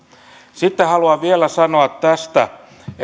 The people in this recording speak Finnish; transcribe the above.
sitten haluan vielä sanoa tästä